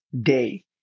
day